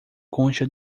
concha